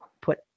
put